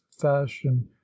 fashion